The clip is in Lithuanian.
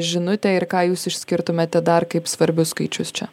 žinutė ir ką jūs išskirtumėte dar kaip svarbius skaičius čia